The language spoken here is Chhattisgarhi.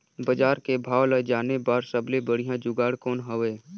बजार के भाव ला जाने बार सबले बढ़िया जुगाड़ कौन हवय?